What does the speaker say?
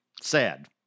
sad